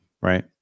Right